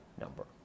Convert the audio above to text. number